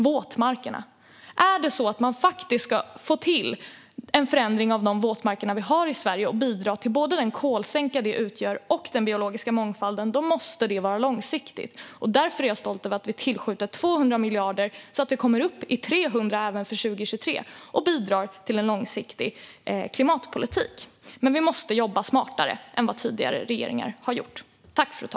Om man ska få till en faktisk förändring av de våtmarker vi har i Sverige och bidra både till den kolsänka de utgör och till den biologiska mångfalden måste det vara långsiktigt. Därför är jag stolt över att vi tillskjuter 200 miljarder så att vi kommer upp i 300 även för 2023 och bidrar till en långsiktig klimatpolitik. Men, fru talman, vi måste jobba smartare än vad tidigare regeringar har gjort.